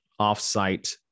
offsite